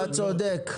אתה צודק.